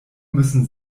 müssen